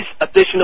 additional